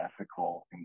ethical